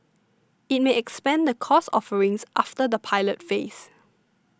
it may expand the course offerings after the pilot phase